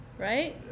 right